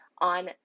on